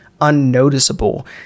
unnoticeable